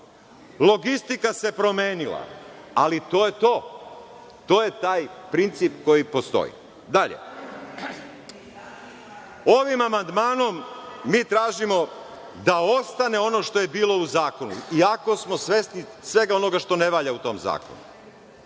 Logistika se promenila, ali to je to. To je taj princip koji postoji. Dalje, ovim amandmanom mi tražimo da ostane ono što je bilo u zakonu, iako smo svesni svega onoga što ne valja u tom zakonu.